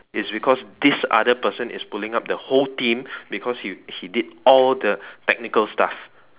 is because this other person is pulling up the whole team because he he did all the technical stuff